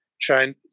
trying